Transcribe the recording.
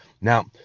Now